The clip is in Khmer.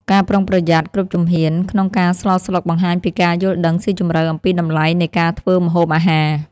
ការប្រុងប្រយ័ត្នគ្រប់ជំហានក្នុងការស្លស្លុកបង្ហាញពីការយល់ដឹងស៊ីជម្រៅអំពីតម្លៃនៃការធ្វើម្ហូបអាហារ។